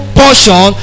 portion